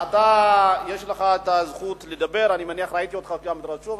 יש לך הזכות לדבר, אני מניח, ראיתי גם שאתה רשום.